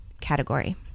category